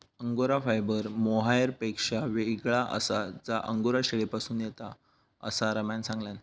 angora fibre मोहायरपेक्षा येगळा आसा जा अंगोरा शेळीपासून येता, असा रम्यान सांगल्यान